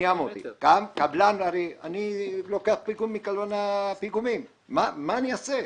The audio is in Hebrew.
אני לוקח פיגומים מקבלני פיגומים אז מה אני אעשה?